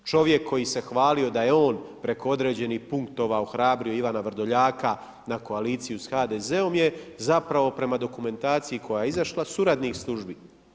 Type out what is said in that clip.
Čovjek koji se hvalio da je on preko određenih punktova ohrabrio Ivana Vrdoljaka na koaliciju s HDZ-om je zapravo prema dokumentaciji koja je izašla suradnik službi.